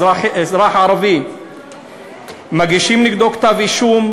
נגד אזרח ערבי מגישים כתב-אישום,